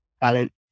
balance